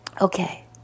okay